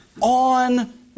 on